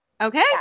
Okay